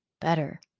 better